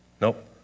Nope